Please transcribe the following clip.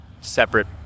separate